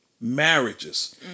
marriages